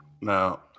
now